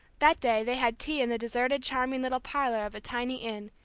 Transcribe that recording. that day they had tea in the deserted charming little parlor of a tiny inn,